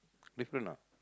different lah